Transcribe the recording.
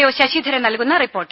O Sasidharan നൽകുന്ന report